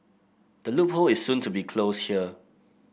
the loophole is soon to close here